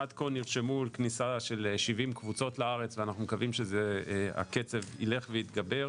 עד כה נרשמו לכניסה 70 קבוצות לארץ ואנחנו מקווים שהקצב ילך ויתגבר.